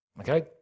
Okay